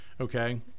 Okay